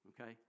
okay